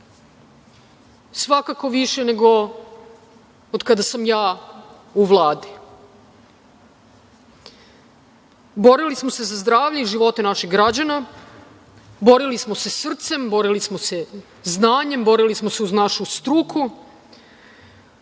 svakako više od kada sam ja u Vladi. Borili smo za zdravlje i živote naših građana, borili smo se srcem, borili smo se znanjem, borili smo se uz našu struku,